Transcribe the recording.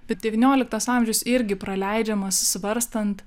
bet devynioliktas amžius irgi praleidžiamas svarstant